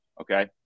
Okay